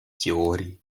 теории